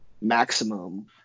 maximum